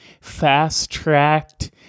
fast-tracked